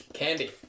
Candy